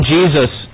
Jesus